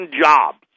jobs